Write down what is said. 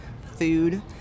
food